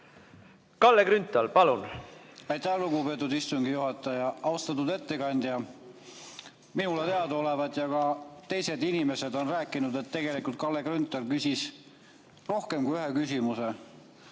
Kalle Grünthal, palun!